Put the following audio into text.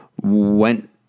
went